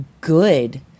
good